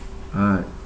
uh